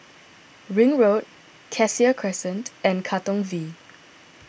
Ring Road Cassia Crescent and Katong V